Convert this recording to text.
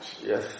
yes